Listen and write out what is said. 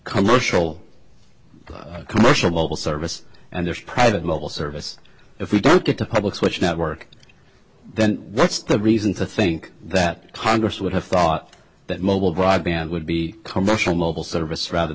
commercial commercial mobile service and there's private mobile service if you don't get a public switch network then what's the reason to think that congress would have thought that mobile broadband would be commercial mobile service rather